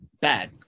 Bad